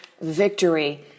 victory